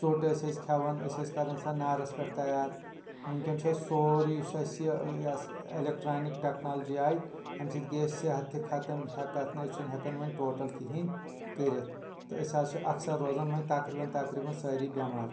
ژوٚٹ ٲسۍ أسۍ کھٮ۪وان أسۍ ٲسۍ کران سۄ نارس پٮ۪ٹھ تیار وُنکیٚن چھُ اسہِ سورُے یُس اسہِ یہِ یہِ ہسا اٮ۪لیکٹرانِک ٹٮ۪کنالجی آیہِ امہِ سۭتۍ گٔیے اسہِ صحت تہِ ختم ہیٚکتھ نہٕ اسۍ چھِنہٕ ہٮ۪کان وۄنۍ ٹوٹل کہیٖنۍ کٔرتھ تہٕ أسۍ حظ چھِ اکثر روزان وۄنۍ تقریٖبن تقریٖبن سٲری بٮ۪مار